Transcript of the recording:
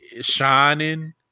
shining